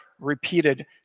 repeated